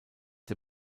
der